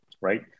right